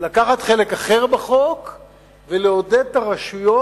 לקחת חלק אחר בחוק ולעודד את הרשויות